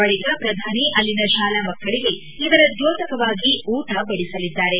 ಬಳಕ ಪ್ರಧಾನಿ ಅಲ್ಲಿನ ಶಾಲಾ ಮಕ್ಕಳಿಗೆ ಇದರ ದ್ಲೋತಕವಾಗಿ ಊಟ ಬಡಿಸಲಿದ್ದಾರೆ